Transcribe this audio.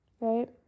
Right